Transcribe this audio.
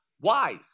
wise